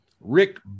rick